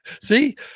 See